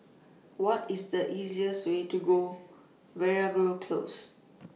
What IS The easiest Way to Veeragoo Close